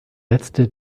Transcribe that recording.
letzte